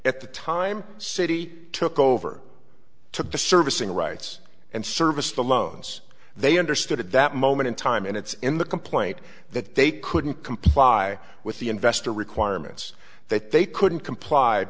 at the time city took over took the servicing rights and service the loans they understood at that moment in time and it's in the complaint that they couldn't comply with the investor requirements that they couldn't compl